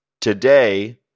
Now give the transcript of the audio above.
today